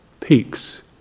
peaks